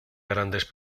graves